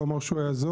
הוא אמר שהוא יעזור.